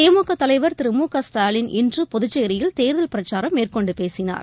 திமுகதலைவர் திரு மு க ஸ்டாலின் இன்று புதுச்சேரியில் தேர்தல் பிரச்சாரம் மேற்கொண்டுபேசினார்